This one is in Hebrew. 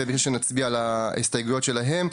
ושנצביע על ההסתייגויות שלהם.